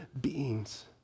beings